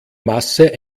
masse